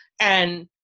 And-